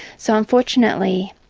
so unfortunately,